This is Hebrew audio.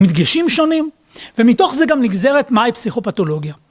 מדגשים שונים, ומתוך זה גם נגזרת מהי פסיכופתולוגיה.